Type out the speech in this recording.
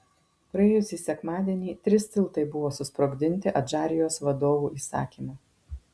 praėjusį sekmadienį trys tiltai buvo susprogdinti adžarijos vadovų įsakymu